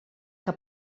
que